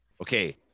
okay